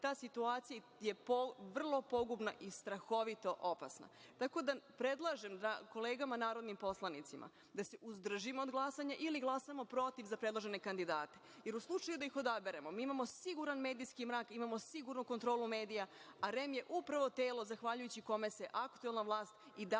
ta situacija je vrlo pogubna i strahovito opasna. Tako da, predlažem kolegama narodnim poslanicima da se uzdržimo od glasanja ili glasamo proti za predložene kandidate. Jer, u slučaju da ih odaberemo, mi imamo siguran medijski mrak, imamo sigurnu kontrolu medija, a REM je upravo telo zahvaljujući kome se aktuelna vlast i